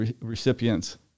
recipients